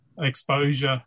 exposure